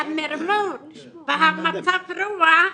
המרמור והמצב רוח,